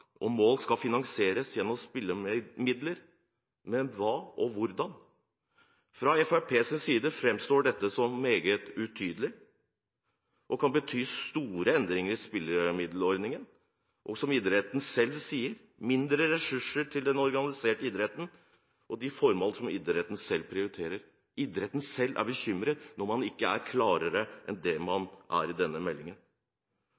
og nye tiltak og mål skal finansieres gjennom spillemidler. Men hvilke og hvordan? For Fremskrittspartiet framstår dette som meget utydelig. Det kan bety store endringer i spillemiddelordningen og, som idretten selv sier, «mindre ressurser til den organiserte idretten og de formål som idretten selv prioriterer». Idretten selv er bekymret når man ikke er klarere enn det